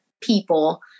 people